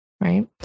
right